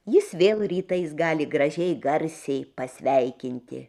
jis vėl rytais gali gražiai garsiai pasveikinti